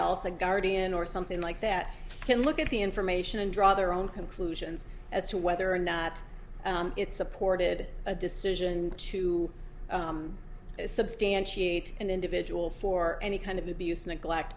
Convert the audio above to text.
else a guardian or something like that can look at the information and draw their own conclusions as to whether or not it's supported a decision to substantiate an individual for any kind of abuse neglect